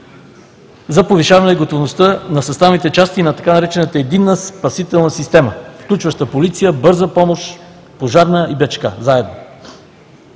за повишаване готовността на съставните части на така наречената „Единна спасителна система“, включваща Полиция, Бърза помощ, Пожарна и БЧК – заедно.